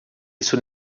isso